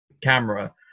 camera